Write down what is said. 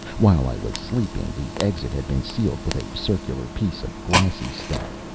while i was sleeping, the exit had been sealed with a circular piece of glassy stuff.